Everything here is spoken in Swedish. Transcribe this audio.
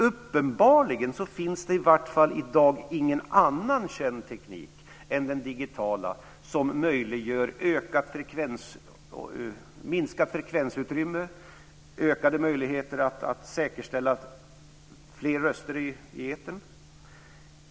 Uppenbarligen finns det i vart fall i dag ingen annan känd teknik än den digitala som möjliggör minskat frekvensbehov, ökade möjligheter att säkerställa fler röster i etern.